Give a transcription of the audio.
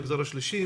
המגזר השלישי,